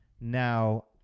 Now